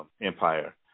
Empire